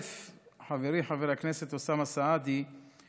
חברי חבר הכנסת אוסאמה סעדי,